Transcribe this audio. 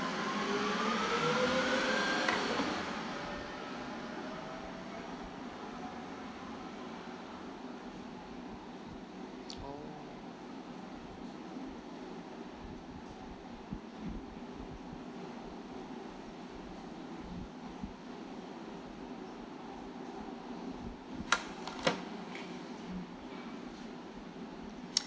oh